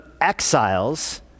exiles